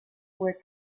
were